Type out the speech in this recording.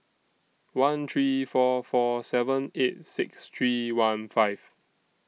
one three four four seven eight six three one five